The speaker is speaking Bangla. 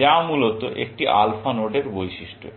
যা মূলত একটি আলফা নোডের বৈশিষ্ট্য